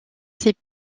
ses